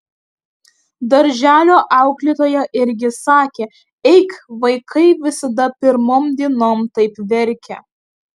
darželio auklėtoja irgi sakė eik vaikai visada pirmom dienom taip verkia